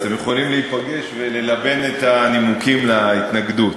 אז אתם יכולים להיפגש וללבן את הנימוקים להתנגדות.